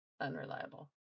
unreliable